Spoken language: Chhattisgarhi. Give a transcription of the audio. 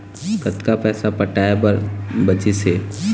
कतक पैसा पटाए बर बचीस हे?